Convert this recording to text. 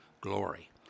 glory